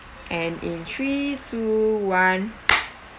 and in three two one